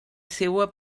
seua